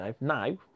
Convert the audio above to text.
Now